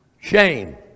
Shame